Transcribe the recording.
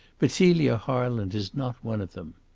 but celia harland is not one of them.